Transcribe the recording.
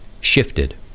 shifted